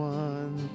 one